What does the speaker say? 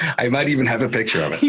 i might even have a picture of